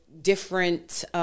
different